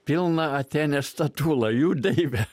pilną atėnės statulą jų didybę